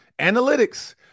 analytics